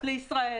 לישראל